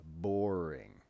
boring